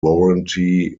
warranty